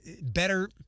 better